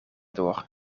door